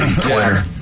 Twitter